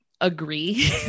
agree